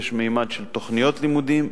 יש ממד של תוכניות לימודים,